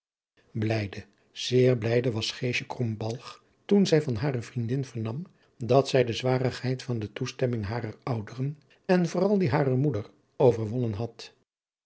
blijde zeer blijde was geesje krombalg toen zij van hare vriendin vernam dat zij de zwarigheid van de toestemming harer ouderen en vooral die harer moeder overwonnen had